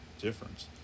difference